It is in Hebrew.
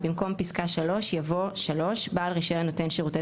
במקום פסקה (3) יבוא: "(3) בעל רישיון נותן שירותי